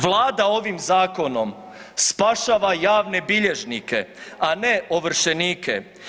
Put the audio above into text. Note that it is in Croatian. Vlada ovim zakonom spašava javne bilježnike, a ne ovršenike.